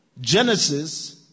Genesis